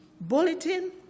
bulletin